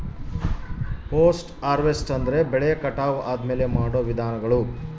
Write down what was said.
post harvest ಅಂದ್ರೆ ಬೆಳೆ ಕಟಾವು ಆದ್ಮೇಲೆ ಮಾಡೋ ವಿಧಾನಗಳು